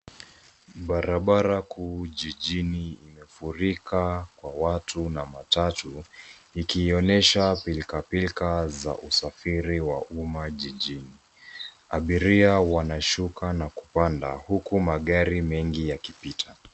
Barabara kuu jijini imefurika kwa watu na matatu , ikionyesha pilkapilka za usafiri wa umma jijini. Abiria wanashuka na kupanda huku magari mengi yakipita.